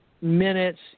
minutes